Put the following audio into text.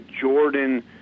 Jordan